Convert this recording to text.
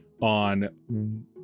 on